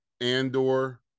Andor